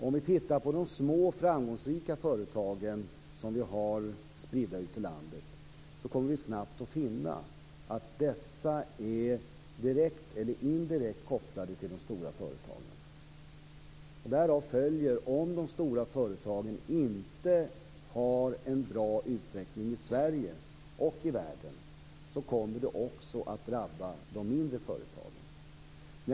Om vi ser på de framgångsrika små företagen i landet finner vi snabbt att dessa är direkt eller indirekt kopplade till de stora företagen. Därav följer: Om de stora företagen inte har en bra utveckling i Sverige och i världen kommer detta att drabba också de mindre företagen.